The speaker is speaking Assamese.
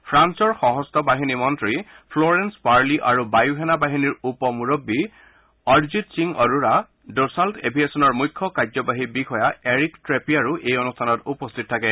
ফ্ৰান্সৰ সশস্ত্ৰ বাহিনী মন্ত্ৰী ফ্লৰেঞ্চ পাৰ্লী আৰু বায়ুসেনা বাহিনীৰ উপ মূৰববী অৰজিত সিঙ আৰোৰা দছাল্ট এভিয়েচনৰ মুখ্য কাৰ্যবাহী বিষয়া এৰিক ট্ৰেপিয়াৰো এই অনুষ্ঠানত উপস্থিত থাকে